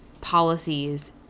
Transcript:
policies